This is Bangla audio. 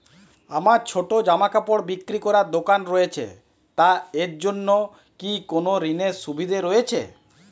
আমার ছোটো জামাকাপড় বিক্রি করার দোকান রয়েছে তা এর জন্য কি কোনো ঋণের সুবিধে রয়েছে?